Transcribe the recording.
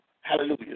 hallelujah